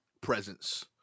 presence